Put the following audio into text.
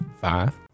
five